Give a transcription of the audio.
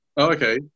Okay